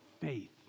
faith